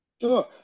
Sure